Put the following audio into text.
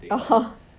(uh huh)